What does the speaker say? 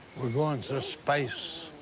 we're going to space.